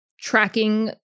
tracking